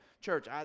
church